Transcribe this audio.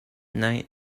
night